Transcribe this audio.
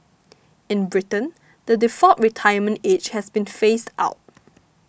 in Britain the default retirement age has been phased out